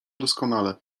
doskonale